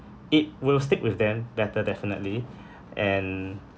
it will stick with them better definitely and